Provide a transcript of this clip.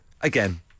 again